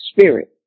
spirit